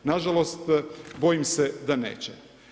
Nažalost, bojim se da neće.